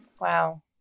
Wow